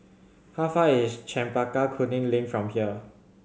how far is Chempaka Kuning Link from here